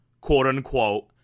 quote-unquote